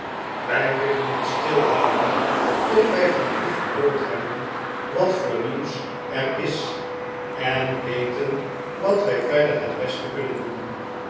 wij willen ons terug in de draak stil houden tot wij van u gehoord hebben wat voor nieuws er is en weten wat wij verder het beste kunnen doen